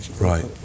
right